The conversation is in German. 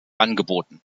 angeboten